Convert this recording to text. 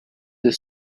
the